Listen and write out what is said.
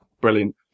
Brilliant